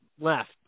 Left